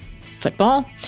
football